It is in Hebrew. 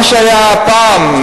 מה שהיה פעם,